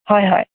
হয় হয়